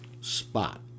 spot